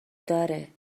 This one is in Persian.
داره